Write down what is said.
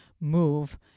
move